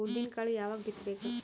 ಉದ್ದಿನಕಾಳು ಯಾವಾಗ ಬಿತ್ತು ಬೇಕು?